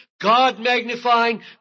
God-magnifying